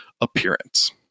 appearance